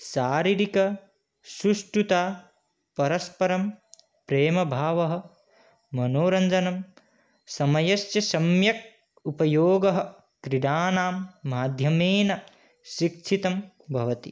शारीरिकसुष्टुता परस्परं प्रेमभावः मनोरञ्जनं समयस्य सम्यक् उपयोगः क्रिडानां माध्यमेन शिक्षितं भवति